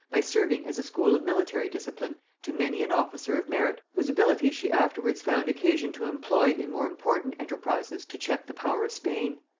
by serving as a school of military discipline to many an officer of merit whose abilities she afterwards found occasion to employ in more important enterprises to check the power of spain.